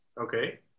Okay